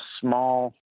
small